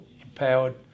empowered